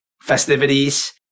festivities